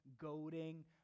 goading